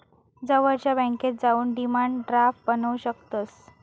जवळच्या बॅन्केत जाऊन डिमांड ड्राफ्ट बनवू शकतंस